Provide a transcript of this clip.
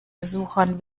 besuchern